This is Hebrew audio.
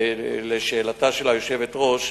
לשאלתה של היושבת-ראש,